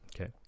Okay